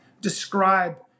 describe